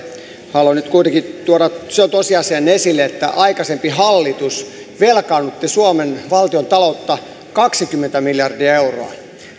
haluan nyt kuitenkin tuoda sen tosiasian esille että aikaisempi hallitus velkaannutti suomen valtiontaloutta kaksikymmentä miljardia euroa